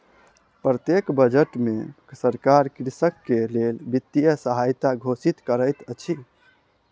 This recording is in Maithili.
प्रत्येक बजट में सरकार कृषक के लेल वित्तीय सहायता घोषित करैत अछि